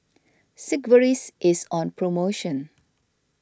Sigvaris is on promotion